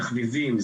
תחביבים,